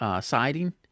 siding